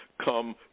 come